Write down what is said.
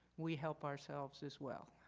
we help ourselves as well.